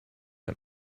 him